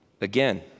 again